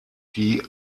die